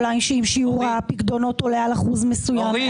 אולי אם שיעור הפקדונות עולה על אחוז מסוים,